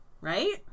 right